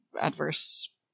adverse